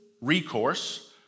recourse